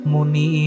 Muni